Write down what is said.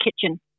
kitchen